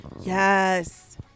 Yes